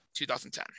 2010